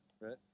right